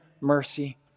mercy